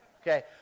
Okay